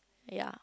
ya